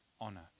honor